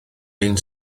ein